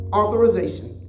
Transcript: authorization